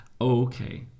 Okay